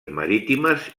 marítimes